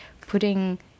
putting